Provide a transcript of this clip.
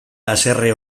haserre